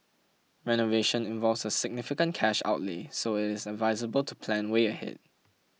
renovation involves a significant cash outlay so it is advisable to plan way ahead